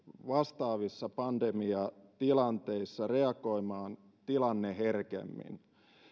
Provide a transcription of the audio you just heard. vastaavissa pandemiatilanteissa reagoimaan tilanneherkemmin